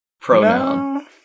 pronoun